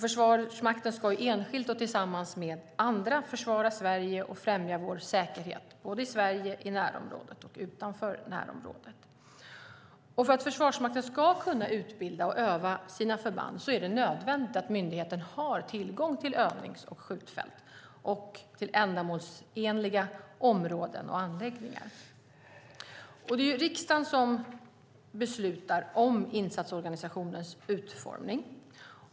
Försvarsmakten ska enskilt och tillsammans med andra försvara Sverige och främja vår säkerhet i Sverige, i närområdet och utanför närområdet. För att Försvarsmakten ska kunna utbilda och öva sina förband är det nödvändigt att myndigheten har tillgång till övnings och skjutfält och till ändamålsenliga områden och anläggningar. Det är riksdagen som beslutar om insatsorganisationens utformning.